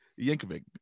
Yankovic